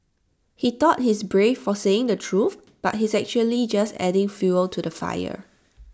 he thought he's brave for saying the truth but he's actually just adding fuel to the fire